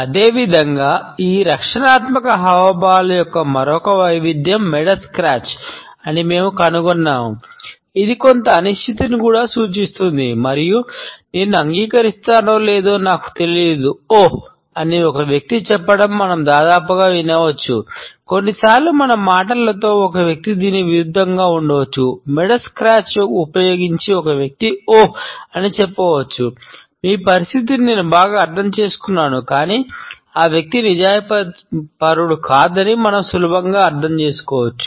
అదేవిధంగా ఈ రక్షణాత్మక హావభావాల యొక్క మరొక వైవిధ్యం మెడ స్క్రాచ్ అని చెప్పవచ్చు మీ పరిస్థితిని నేను బాగా అర్థం చేసుకున్నాను కానీ ఆ వ్యక్తి నిజాయితీపరుడు కాదని మనం సులభంగా అర్థం చేసుకోవచ్చు